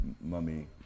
mummy